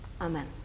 Amen